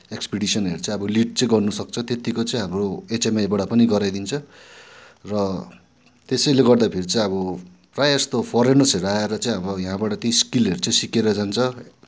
एक्सपेडिसनहरू चाहिँ अब लिड चाहिँ गर्न सक्छ त्यतिको चाहिँ अब हाम्रो एचएमआईबाट पनि गराइदिन्छ र त्यसैले गर्दाखेरि चाहिँ अब प्रायः जस्तो फरेनर्सहरू आएर चाहिँ अब यहाँबाट ती स्किलहरू चाहिँ सिकेर जान्छ